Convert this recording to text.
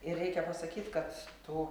ir reikia pasakyt kad tų